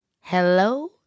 Hello